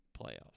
playoffs